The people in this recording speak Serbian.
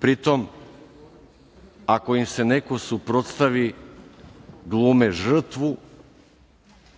Pri tome, ako im se neko suprotstavi, glume žrtvu,